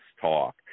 talk